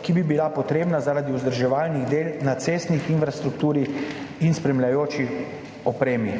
ki bi bila potrebna zaradi vzdrževalnih del na cestni infrastrukturi in spremljajoči opremi.